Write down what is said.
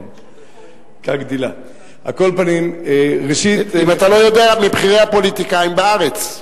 כן, אם אתה לא יודע, מבכירי הפוליטיקאים בארץ.